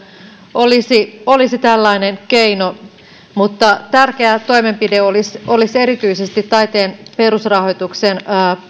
olisi olisi tällainen keino mutta tärkeä toimenpide olisi erityisesti taiteen perusrahoituksen